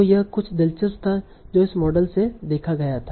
तो यह कुछ दिलचस्प था जो इस मॉडल से देखा गया था